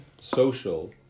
social